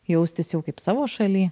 jaustis jau kaip savo šaly